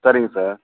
சரிங்க சார்